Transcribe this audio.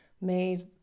made